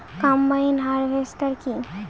Combine harvester কি?